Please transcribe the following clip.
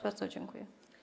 Bardzo dziękuję.